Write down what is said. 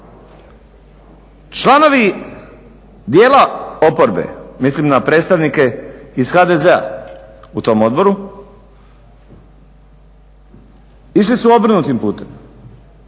Članovi dijela oporbe, mislim na predstavnike iz HDZ-a u tom odboru išli su obrnutim putem.